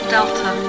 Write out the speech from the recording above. Delta